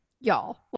Y'all